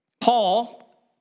Paul